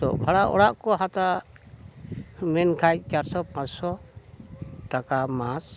ᱛᱚ ᱵᱷᱟᱲᱟ ᱚᱲᱟᱜ ᱠᱚ ᱦᱟᱛᱟᱣᱟ ᱢᱮᱱᱠᱷᱟᱱ ᱪᱟᱨᱥᱚ ᱯᱟᱸᱪᱥᱚ ᱴᱟᱠᱟ ᱢᱟᱥ